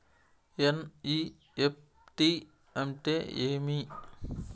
NEFT అంటే ఏమి